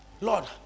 Lord